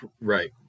Right